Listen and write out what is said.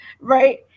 Right